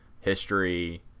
history